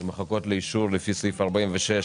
שמחכות לאישור לפי סעיף 46,